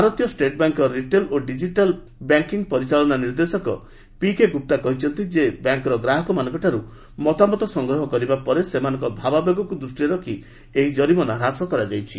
ଭାରତୀୟ ଷ୍ଟେଟବ୍ୟାଙ୍କର ରିଟେଲ ଓ ଡିଜିଟାଲ ବ୍ୟାଙ୍କିଙ୍ଗ ପରିଚାଳନା ନିର୍ଦ୍ଦେଶକ ପିକେ ଗୁପ୍ତା କହିଛନ୍ତି ଯେ ବ୍ୟାଙ୍କର ଗ୍ରାହକମାନଙ୍କଠାର୍ ମତାମତ ସଂଗ୍ରହ କରିବା ପରେ ସେମାନଙ୍କ ଭାବାବେଗକ୍ ଦୃଷ୍ଟିରେ ରଖି ଏହି ଜରିମାନା ହ୍ରାସ କରାଯାଇଛି